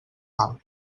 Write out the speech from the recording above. mal